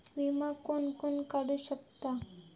विमा कोण कोण काढू शकता?